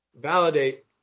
validate